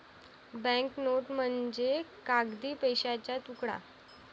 bank note म्हणजे कागदी पैशाचा तुकडा